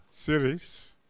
series